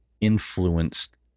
influenced